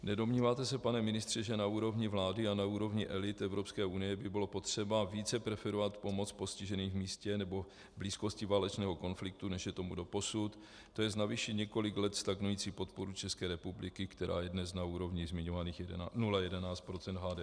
Nedomníváte se, pane ministře, že na úrovni vlády a na úrovni elit Evropské unie by bylo potřeba více preferovat pomoc postiženým v místě nebo v blízkosti válečného konfliktu, než je tomu doposud, to jest navýšit několik let stagnující podporu České republiky, která je dnes na úrovni zmiňovaných 0,11 % HDP?